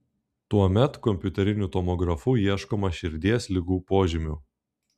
tuomet kompiuteriniu tomografu ieškoma širdies ligų požymių